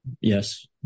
Yes